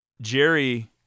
jerry